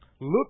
Look